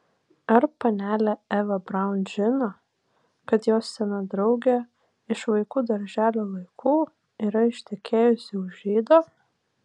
ar panelė eva braun žino kad jos sena draugė iš vaikų darželio laikų yra ištekėjusi už žydo